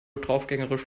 draufgängerisch